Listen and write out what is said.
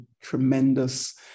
tremendous